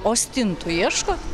o stintų ieškot